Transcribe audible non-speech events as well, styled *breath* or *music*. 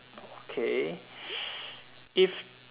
okay *breath* if